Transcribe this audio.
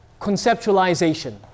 conceptualization